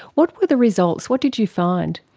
what were the results, what did you find?